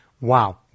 wow